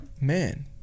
man